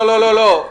לא,